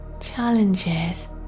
Challenges